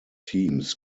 teams